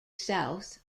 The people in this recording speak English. south